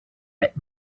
let